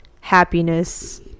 happiness